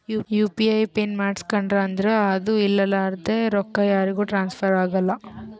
you P I pin ಮಾಡುಸ್ಕೊಂಡ್ರಿ ಅಂದುರ್ ಅದು ಇರ್ಲಾರ್ದೆ ರೊಕ್ಕಾ ಯಾರಿಗೂ ಟ್ರಾನ್ಸ್ಫರ್ ಆಗಲ್ಲಾ